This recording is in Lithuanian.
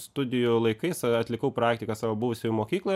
studijų laikais atlikau praktiką savo buvusioj mokykloj